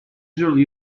usually